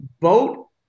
vote